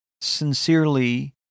sincerely